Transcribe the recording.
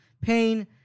Pain